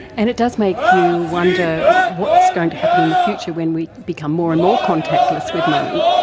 and it does make you wonder what's going to happen in the future when we become more and more contactless with money.